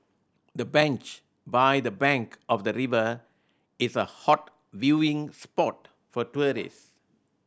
the bench by the bank of the river is a hot viewing spot for tourists